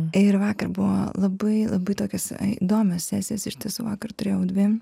ir vakar buvo labai labai tokios įdomios sesijos iš tiesų vakar turėjau dvi